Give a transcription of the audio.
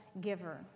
giver